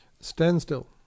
Standstill